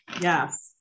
yes